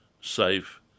safe